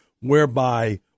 whereby